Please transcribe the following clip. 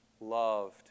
loved